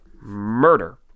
murder